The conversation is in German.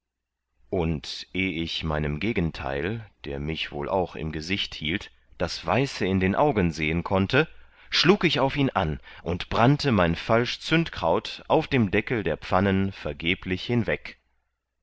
und eh ich meinem gegenteil der mich auch wohl im gesicht hielt das weiße in augen sehen konnte schlug ich auf ihn an und brannte mein falsch zündkraut auf dem deckel der pfannen vergeblich hinweg